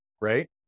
right